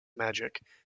magic